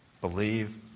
Believe